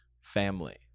family